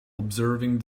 observing